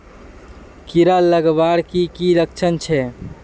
कीड़ा लगवार की की लक्षण छे?